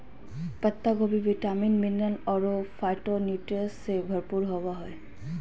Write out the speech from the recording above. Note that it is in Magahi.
पत्ता गोभी विटामिन, मिनरल अरो फाइटोन्यूट्रिएंट्स से भरपूर होबा हइ